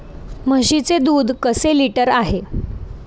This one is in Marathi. म्हशीचे दूध कसे लिटर आहे?